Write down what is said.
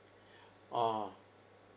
orh